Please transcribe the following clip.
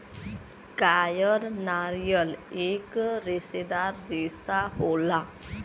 कायर नारियल एक रेसेदार रेसा होला